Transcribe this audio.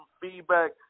feedback